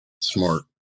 smart